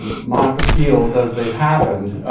um mock appeals as they've happened.